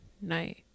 night